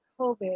COVID